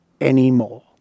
Anymore